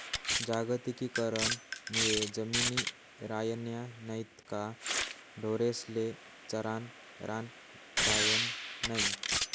जागतिकीकरण मुये जमिनी रायन्या नैत का ढोरेस्ले चरानं रान रायनं नै